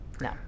No